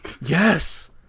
yes